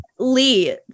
Lee